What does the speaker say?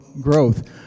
growth